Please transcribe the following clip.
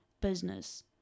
business